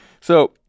So-